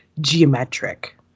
geometric